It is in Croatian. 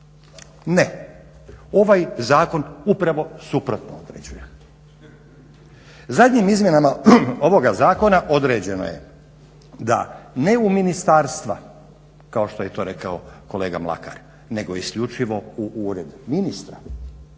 Ne ovaj zakon upravo suprotno određuje. Zadnjim izmjenama ovog zakona određeno je da ne u ministarstva kao što ej to rekao kolega Mlakar nego isključivo u ured ministra,